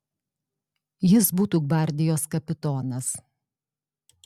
jis būtų gvardijos kapitonas